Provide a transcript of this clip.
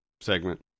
segment